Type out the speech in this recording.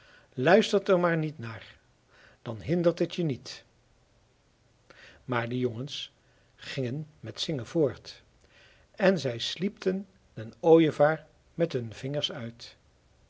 luistert er maar niet naar dan hindert het je niet maar de jongens gingen met zingen voort en zij sliepten den ooievaar met hun vingers uit